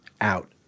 out